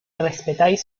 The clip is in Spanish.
respetáis